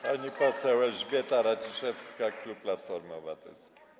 Pani poseł Elżbieta Radziszewska, klub Platformy Obywatelskiej.